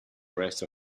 rest